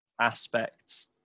aspects